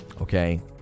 okay